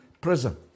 prison